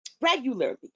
regularly